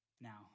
Now